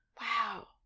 Wow